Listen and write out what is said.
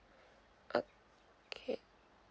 okay